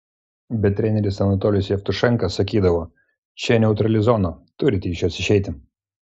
bet treneris anatolijus jevtušenka sakydavo čia neutrali zona turite iš jos išeiti